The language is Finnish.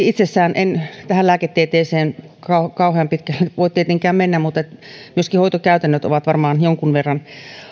itsessään tähän lääketieteeseen en kauhean pitkälle voi tietenkään mennä mutta myöskin hoitokäytännöt ovat varmaan jonkun verran